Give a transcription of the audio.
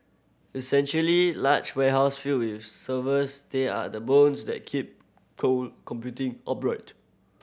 essentially large warehouse filled with servers they are the bones that keep cloud computing upright